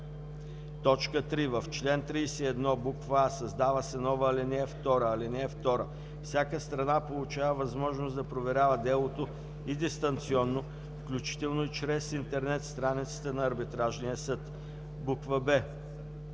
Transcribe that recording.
3. В чл. 31: а) създава се нова ал. 2: „ (2) Всяка страна получава възможност да проверява делото и дистанционно, включително и чрез интернет страницата на арбитражния съд.“ б)